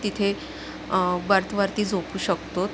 तिथे बर्थवरती झोपू शकतो